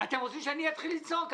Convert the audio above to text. אתם רוצים שאני אתחיל לצעוק?